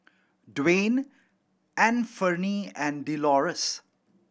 Dwain Anfernee and Delores